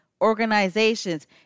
organizations